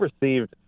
received